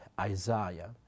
Isaiah